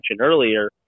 earlier